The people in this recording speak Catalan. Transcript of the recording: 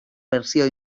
versió